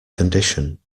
condition